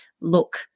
look